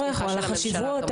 חבר הכנסת בגין,